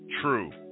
True